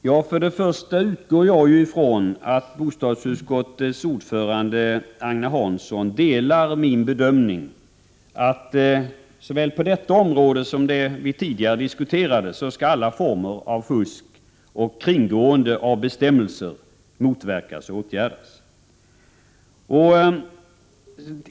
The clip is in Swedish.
Herr talman! Jag utgår ifrån att bostadsutskottets ordförande Agne Hansson delar min bedömning att såväl på detta område som det vi tidigare diskuterade skall alla former av fusk och kringgående av bestämmelser motverkas och åtgärdas.